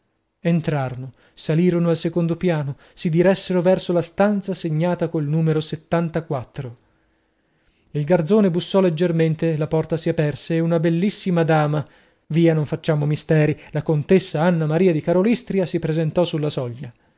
innanzi entrarono salirono al secondo piano si diressero verso la stanza segnata col numero il garzone bussò leggermente la porta si aperse e una bellissima dama via non facciamo misteri la contessa anna maria di karolystria si presentò sulla soglia